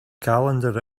calendar